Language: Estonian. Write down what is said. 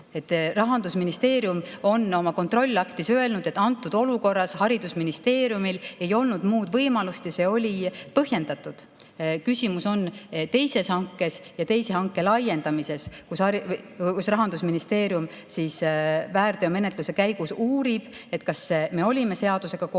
Rahandusministeerium on oma kontrollaktis öelnud, et antud olukorras haridusministeeriumil ei olnud muud võimalust ja see oli põhjendatud. Küsimus on teises hankes ja teise hanke laiendamises ning Rahandusministeerium väärteomenetluse käigus uurib, kas me olime seadusega kooskõlas